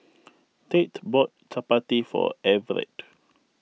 Tate bought Chapati for Everett